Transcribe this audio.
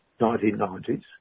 1990s